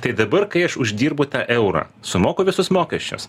tai dabar kai aš uždirbu tą eurą sumoku visus mokesčius